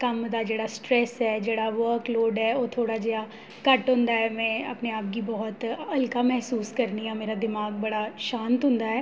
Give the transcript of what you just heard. कम्म दा जेह्ड़ा स्ट्रैस्स ऐ जेह्ड़ा वर्क लोड ऐ ओह् थोह्ड़ा जेहा घट्ट होंदा ऐ में अपने आप गी बहुत हल्का मसूस करनी आं मेरा दमाग बड़ा शांत होंदा ऐ